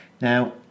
Now